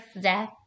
death